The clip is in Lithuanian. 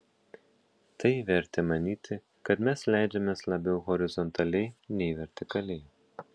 tai vertė manyti kad mes leidžiamės labiau horizontaliai nei vertikaliai